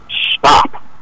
stop